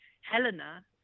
Helena